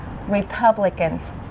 Republicans